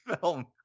film